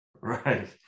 Right